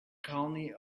colony